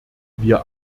wir